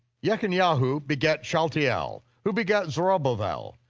jechoniah ah who begat shealtiel, who begat zerubbabel,